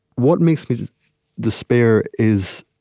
what makes me despair is